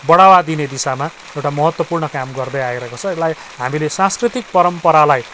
बढावा दिने दिशामा एउटा महत्त्वपूर्ण काम गर्दै आइरहेको छ यसलाई हामीले सांस्कृतिक परम्परालाई